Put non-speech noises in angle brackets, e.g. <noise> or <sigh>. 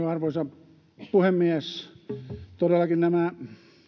<unintelligible> arvoisa puhemies todellakin nämä